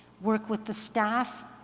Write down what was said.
work with the staff